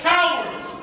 Cowards